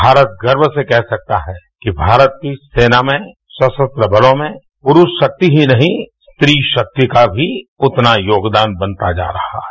भारत गर्व से कह सकता है कि भारत की सेना में सशस्त्र बलों में पुरुष शक्ति ही नहीं स्त्री शक्ति का भी उतना योगदान बनता जा रहा है